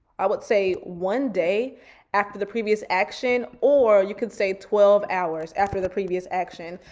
i would say one day after the previous action, or you can say twelve hours after the previous action,